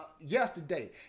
yesterday